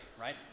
right